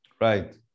Right